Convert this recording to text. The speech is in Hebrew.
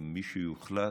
מי שיוחלט,